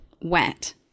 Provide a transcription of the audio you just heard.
wet